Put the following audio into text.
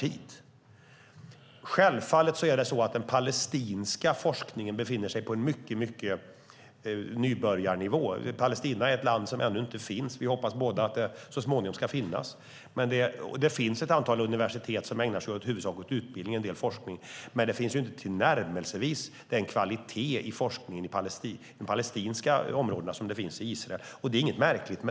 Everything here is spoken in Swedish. Självfallet befinner sig den palestinska forskningen på en nybörjarnivå. Palestina är ett land som ännu inte finns. Vi hoppas båda att det så småningom ska finnas. Det finns ett antal universitet som ägnar sig i huvudsak åt utbildning och en del forskning. Men det finns inte tillnärmelsevis den kvalitet i forskningen i de palestinska områdena som finns i Israel. Det är inget märkligt.